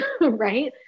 right